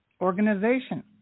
organization